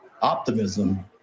optimism